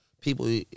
people